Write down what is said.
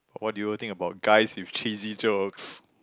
what do you think about guys with cheesy jokes